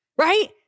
right